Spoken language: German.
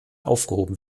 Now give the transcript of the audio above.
aufgehoben